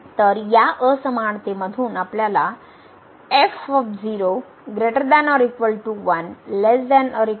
तर या असमानतेमधून आपल्याला 1≤f 0≤3 मिळेल